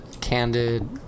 candid